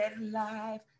life